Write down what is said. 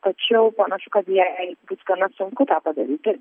tačiau panašu kad jai bus gana sunku tą padaryti